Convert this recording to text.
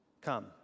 Come